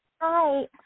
Hi